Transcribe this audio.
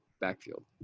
backfield